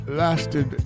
lasted